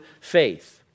faith